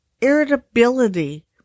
irritability